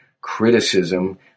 criticism